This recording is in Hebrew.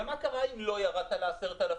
ומה קרה אם לא ירדת ל-10,000?